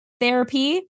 therapy